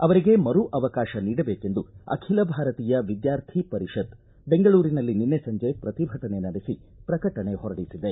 ಅವರಿಗೆ ಮರು ಅವಕಾಶ ನೀಡಬೇಕೆಂದು ಅಖಿಲ ಭಾರತೀಯ ವಿದ್ಯಾರ್ಥಿ ಪರಿಷತ್ ಬೆಂಗಳೂರಿನಲ್ಲಿ ನಿನ್ನೆ ಸಂಜೆ ಪ್ರತಿಭಟನೆ ನಡೆಸಿ ಪ್ರಕಟಣೆ ಹೊರಡಿಸಿದೆ